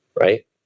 right